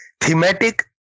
thematic